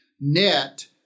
net